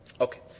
Okay